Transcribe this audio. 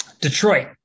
Detroit